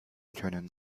können